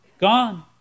Gone